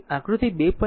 આકૃતિ 2